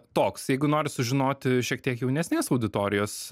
toks jeigu nori sužinoti šiek tiek jaunesnės auditorijos